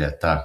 leta